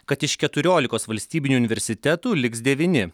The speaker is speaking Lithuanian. kad iš keturiolikos valstybinių universitetų liks devyni